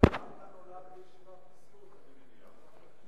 בישיבת נשיאות.